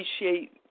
appreciate